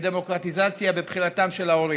בדמוקרטיזציה בבחירתם של ההורים.